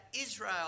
Israel